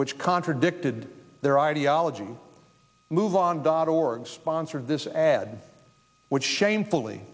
which contradicted their ideology move on dot org sponsored this ad which shamefully